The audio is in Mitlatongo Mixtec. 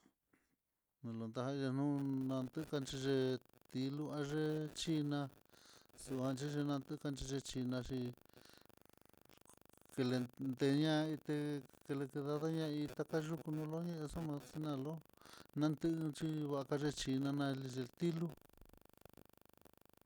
Nolontaya nun natec e'e tiluu x i ná xuanxhi xhiná, takanc hinaxi, kelenteña ité tequedadaña itá takayuu colinia axu naxhina lo'o, natenxhi bakalexhi nanantiló.